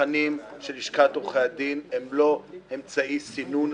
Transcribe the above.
המבחנים של לשכת עורכי הדין הם לא אמצעי סינון,